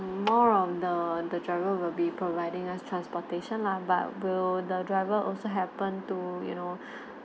more on the the driver will be providing us transportation lah but will the driver also happen to you know